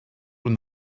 when